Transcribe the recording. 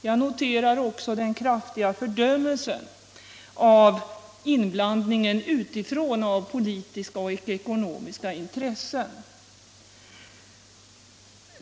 Jag noterar också den kraftiga fördömelsen av inblandningen utifrån av politiska och ekonomiska intressen.